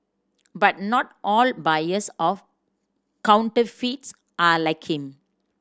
but not all buyers of counterfeits are like him